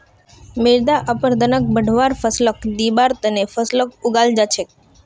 मृदा अपरदनक बढ़वार फ़सलक दिबार त न फसलक उगाल जा छेक